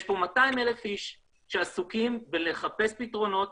יש פה 200,000 איש שעסוקים בלחפש פיתרונות